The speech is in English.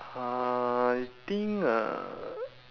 uh I think uh